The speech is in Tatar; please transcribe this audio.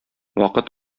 вакыт